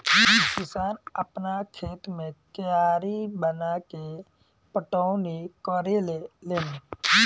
किसान आपना खेत मे कियारी बनाके पटौनी करेले लेन